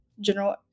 General